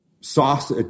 sauce